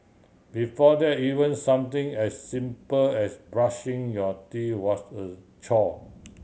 before that even something as simple as brushing your teeth was a chore